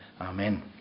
amen